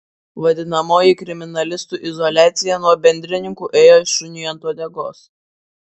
vadinamoji kriminalistų izoliacija nuo bendrininkų ėjo šuniui ant uodegos